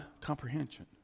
comprehension